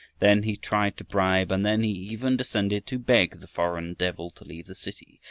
then he tried to bribe, and then he even descended to beg the foreign devil to leave the city.